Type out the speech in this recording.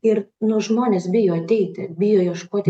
ir nu žmonės bijo ateiti bijo ieškoti